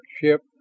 ship